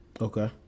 okay